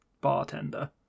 bartender